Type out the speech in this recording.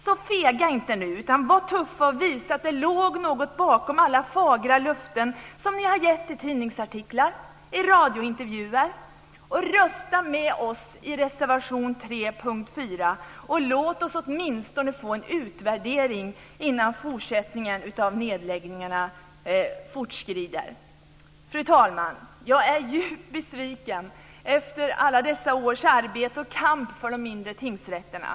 Så fega inte nu, utan var tuffa och visa att det låg något bakom alla fagra löften som ni har gett i tidningsartiklar och i radiointervjuer! Rösta med oss för reservation 3 under punkt 4. Låt oss åtminstone få en utvärdering innan nedläggningarna fortskrider. Fru talman! Jag är djupt besviken efter alla dessa års arbete och kamp för de mindre tingsrätterna.